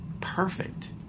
perfect